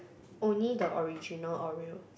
only the original Oreo